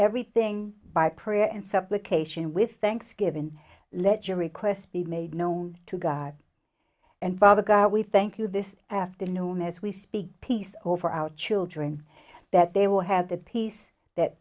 everything by prayer and supplication with thanksgiving let your requests be made known to god and father god we thank you this afternoon as we speak peace over our children that they will have that peace that